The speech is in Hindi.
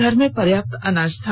घर में पर्याप्त अनाज था